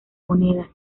monedas